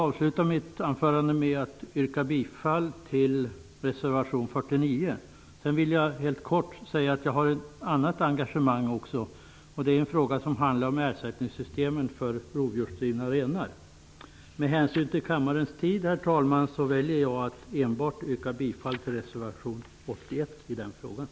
Avslutningsvis yrkar jag bifall till reservation 49. Helt kort vill jag säga att jag också har ett annat engagemang. Det gäller ersättningssystemet för rovdjursrivna renar. Med hänsyn till kammarens tid, herr talman, väljer jag dock att enbart yrka bifall till reservation 81.